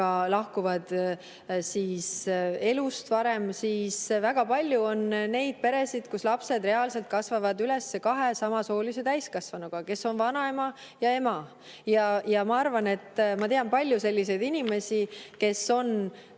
lahkuvad elust varem, siis on väga palju neid peresid, kus lapsed reaalselt kasvavad üles kahe samast soost täiskasvanuga, kes on vanaema ja ema. Ma tean palju selliseid inimesi, kes on